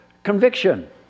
Conviction